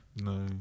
no